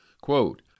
quote